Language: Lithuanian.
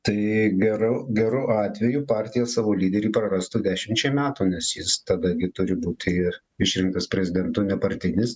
tai geru geru atveju partija savo lyderį prarastų dešimčiai metų nes jis tada gi turi būtiir išrinktas prezidentu nepartinis